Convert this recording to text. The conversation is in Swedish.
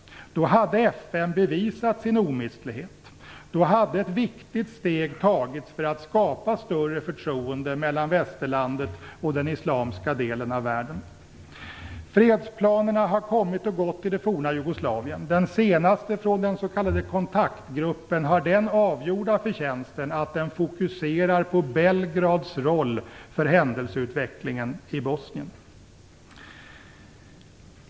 Då hade FN bevisat sin omistlighet. Då hade ett viktigt steg tagits för att skapa större förtroende mellan västerlandet och den islamska delen av världen. Fredsplanerna har kommit och gått i det forna Jugoslavien. Den senaste från den s.k. kontaktgruppen har den avgjorda förtjänsten att den fokuserar på Belgrads roll för händelseutvecklingen i Bosnien.